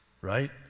right